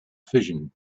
fission